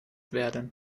werden